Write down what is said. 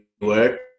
work